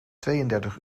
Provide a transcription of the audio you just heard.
tweeëndertig